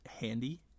handy